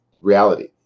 reality